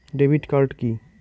Debit card key?